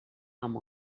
amb